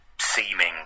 seeming